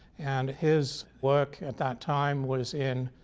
and his work at that time was in